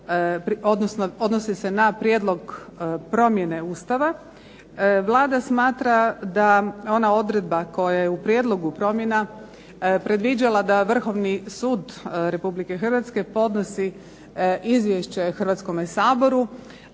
odnosi se na prijedlog promjene Ustava. Vlada smatra da ona odredba koja je u prijedlogu promjena predviđala da Vrhovni sud Republike Hrvatske podnosi izvješće Hrvatskome saboru,